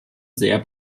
sehr